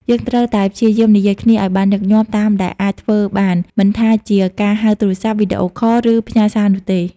យើងត្រូវតែព្យាយាម និយាយគ្នាឲ្យបានញឹកញាប់តាមដែលអាចធ្វើបាន មិនថាជាការហៅទូរស័ព្ទ វីដេអូខល ឬផ្ញើសារនោះទេ។